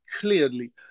clearly